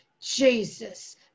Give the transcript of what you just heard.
Jesus